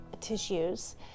tissues